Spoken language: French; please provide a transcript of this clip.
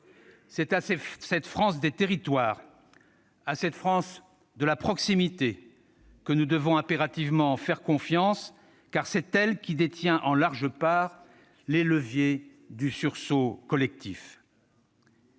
C'est à cette France des territoires, à cette France de la proximité que nous devons impérativement faire confiance, car c'est elle qui détient en large part les leviers du sursaut collectif.